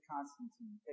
Constantine